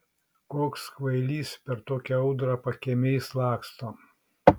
koks kvailys per tokią audrą pakiemiais laksto